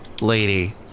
lady